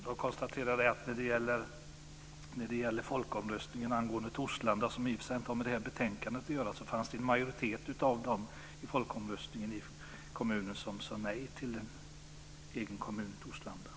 Fru talman! Okej, då lämnar vi Torslanda. I Heby kommun finns däremot en majoritet som är för. Det var 57,7 % i folkomröstningen. Gäller inte den majoriteten?